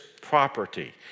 property